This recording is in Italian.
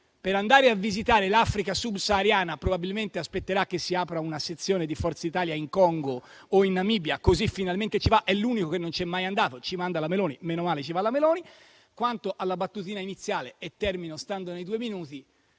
per andare a visitare l'Africa subsahariana probabilmente aspetterà che si apra una sezione di Forza Italia in Congo o in Namibia, e così finalmente ci va. È l'unico che non ci è mai andato, ci manda la Meloni e meno male che ci va lei. Quanto alla battutina iniziale - e termino restando nei due minuti